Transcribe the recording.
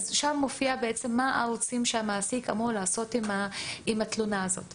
שם מופיע מה הערוצים שהמעסיק אמור לעשות עם אם התלונה הזאת.